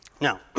Now